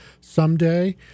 someday